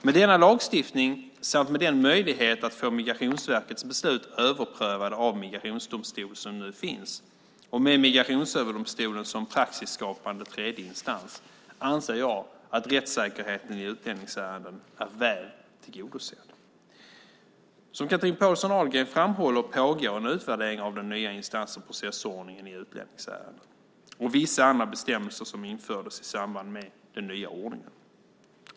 Med denna lagstiftning samt med den möjlighet att få Migrationsverkets beslut överprövade av migrationsdomstol som nu finns, och med Migrationsöverdomstolen som praxisskapande tredje instans, anser jag att rättssäkerheten i utlänningsärenden är väl tillgodosedd. Som Chatrine Pålsson Ahlgren framhåller pågår en utvärdering av den nya instans och processordningen i utlänningsärenden och vissa andra bestämmelser som infördes i samband med den nya ordningen.